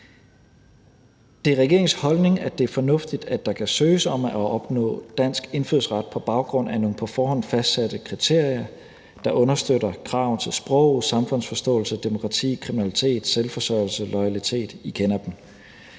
Det er regeringens holdning, at det er fornuftigt, at der kan søges om at opnå dansk indfødsret på baggrund af nogle på forhånd fastsatte kriterier, der understøtter krav til sprog, samfundsforståelse, demokrati, kriminalitet, selvforsørgelse, loyalitet – I kender dem.